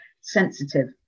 sensitive